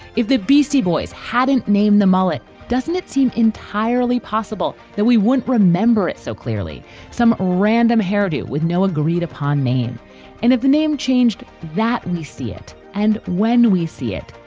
if the beastie boys hadn't named the mullet, doesn't it seem entirely possible that we wouldn't remember it so clearly some random hairdo with no agreed upon name and if the name changed that we see it and when we see it,